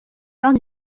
lors